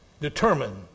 determine